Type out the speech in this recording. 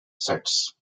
sets